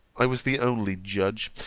i was the only judge,